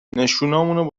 نشونامون